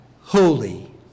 holy